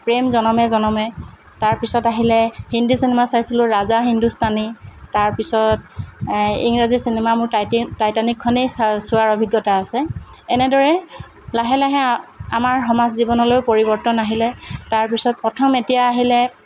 প্ৰেম জনমে জনমে তাৰপিছত আহিলে হিন্দী চিনেমা চাইছিলোঁ ৰাজা হিন্দুস্তানী তাৰপিছত ইংৰাজী চিনেমা মোৰ টাইটেনিকখনেই চোৱাৰ অভিজ্ঞতা আছে এনেদৰে লাহে লাহে আমাৰ সমাজ জীৱনলৈ পৰিবৰ্তন আহিলে তাৰপিছত প্ৰথম এতিয়া আহিলে